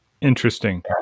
Interesting